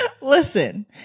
Listen